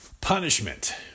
punishment